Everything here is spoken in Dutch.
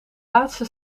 laatste